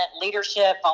leadership